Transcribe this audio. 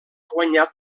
guanyat